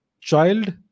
child